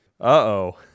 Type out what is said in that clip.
Uh-oh